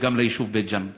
וגם ליישוב בית ג'ן.